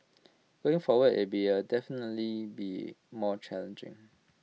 going forward IT be A definitely be more challenging